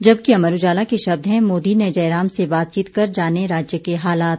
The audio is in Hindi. जबकि अमर उजाला के शब्द हैं मोदी ने जयराम से बातचीत कर जाने राज्य के हालात